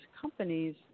companies